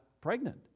pregnant